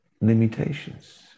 limitations